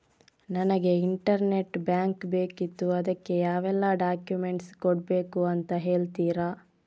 ನನಗೆ internet bank ಬೇಕಿತ್ತು ಅದಕ್ಕೆ ಯಾವೆಲ್ಲಾ ಡಾಕ್ಯುಮೆಂಟ್ಸ್ ಕೊಡ್ಬೇಕು ಅಂತ ಹೇಳ್ತಿರಾ?